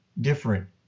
different